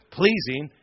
pleasing